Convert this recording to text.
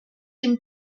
dem